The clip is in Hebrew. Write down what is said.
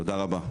תודה רבה.